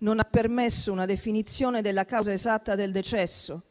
non ha permesso una definizione della causa esatta del decesso,